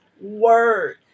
word